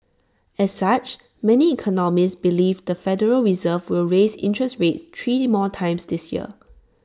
as such many economists believe the federal reserve will raise interest rates three more times this year